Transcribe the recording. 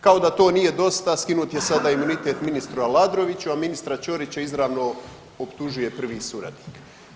Kao da to nije dosta, skinut je sada imunitet ministru Aladroviću, a ministra izravno optužuje prvi suradnik.